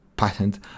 patent